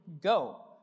go